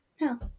No